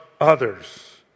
others